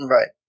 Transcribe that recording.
Right